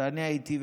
ואני הייתי,